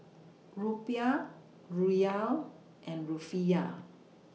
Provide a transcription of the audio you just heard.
Rupiah Riel and Rufiyaa